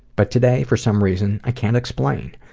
but today for some reason i can't explain.